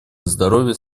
здоровья